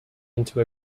into